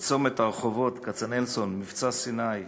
בצומת הרחובות כצנלסון מבצע-סיני בבת-ים,